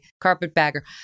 carpetbagger